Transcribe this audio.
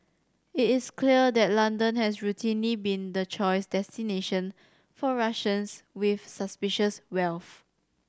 it is clear that London has routinely been the choice destination for Russians with suspicious wealth